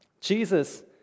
Jesus